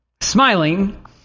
smiling